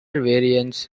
variants